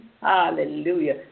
Hallelujah